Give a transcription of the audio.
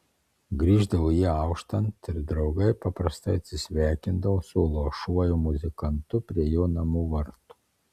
grįždavo jie auštant ir draugai paprastai atsisveikindavo su luošuoju muzikantu prie jo namų vartų